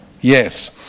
Yes